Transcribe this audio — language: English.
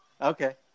Okay